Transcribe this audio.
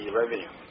revenue